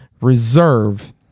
reserve